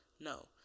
no